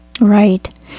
Right